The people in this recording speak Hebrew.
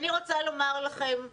אני רוצה לומר לכם,